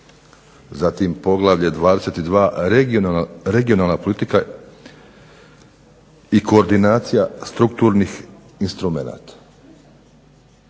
Zatim poglavlje 22 – Regionalna politika i koordinacija strukturnih projekta.